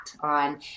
on